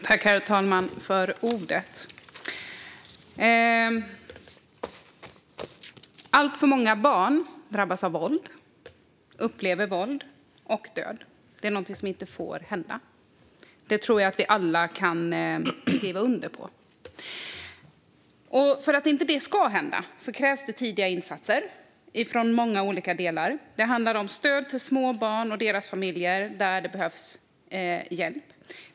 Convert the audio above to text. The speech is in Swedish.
Herr talman! Alltför många barn drabbas av våld och upplever våld och död. Det är någonting som inte får hända; det tror jag att vi alla kan skriva under på. För att det inte ska hända krävs det tidiga insatser från många olika delar. Det handlar om stöd till små barn och deras familjer där behövs hjälp.